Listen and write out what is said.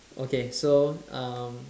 okay so um